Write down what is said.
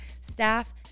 staff